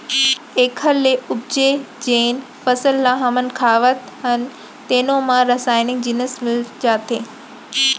एखर ले उपजे जेन फसल ल हमन खावत हन तेनो म रसइनिक जिनिस मिल जाथे